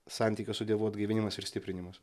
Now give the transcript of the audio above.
santykio su dievu atgaivinimas ir stiprinimas